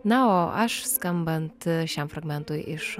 na o aš skambant šiam fragmentui iš